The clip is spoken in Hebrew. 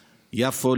יפו.